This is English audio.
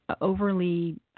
overly